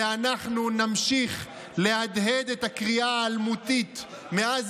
ואנחנו נמשיך להדהד את הקריאה האלמותית מאז